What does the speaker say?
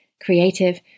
creative